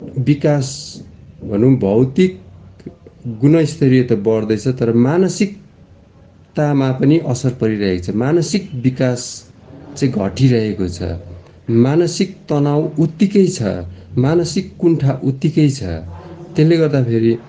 विकास भनौँ भौतिक गुणस्तरीय त बढ्दैछ तर मानसिकतामा पनि असर परिरहेको छ मानसिक विकास चाहिँ घटिरहेको छ मानसिक तनाव उत्तिकै छ मानसिक कुण्ठा उत्तिकै छ त्यसले गर्दाखेरि